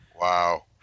Wow